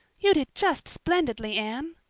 you did just splendidly, anne,